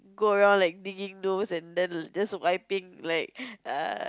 go around like digging nose and then just wiping like err